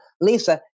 Lisa